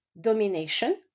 domination